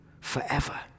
forever